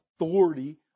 authority